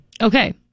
Okay